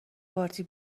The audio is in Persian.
پارتی